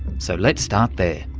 so let's start there.